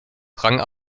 drang